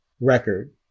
record